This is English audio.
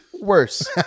worse